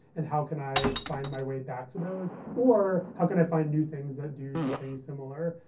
and how can i find my way back to those? or how can i find new things that do something similar?